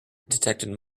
detected